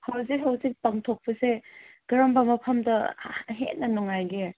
ꯍꯧꯖꯤꯛ ꯍꯧꯖꯤꯛ ꯄꯥꯡꯊꯣꯛꯄꯁꯦ ꯀꯔꯝꯕ ꯃꯐꯝꯗ ꯍꯦꯟꯅ ꯅꯨꯡꯉꯥꯏꯒꯦ